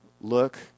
look